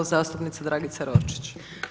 Zastupnica Dragica Roščić.